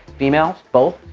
females, both?